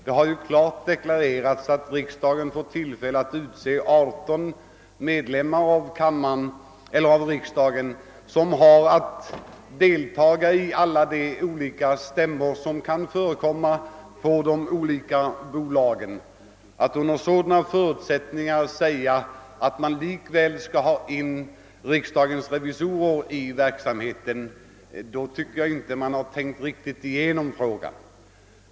Det har klart deklarerats att riksdagen får tillfälle att utse 18 ledamöter att deltaga i förvaltningsbolagets bolagsstämmor, varigenom de också får möjlighet att inhämta upplysningar om dotterbolagen. Att under sådana förhållanden säga att man i alla fall vill låta också riksdagens revisorer granska verksamheten tyder enligt min uppfattning på att man inte riktigt tänkt igenom saken.